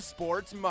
Sports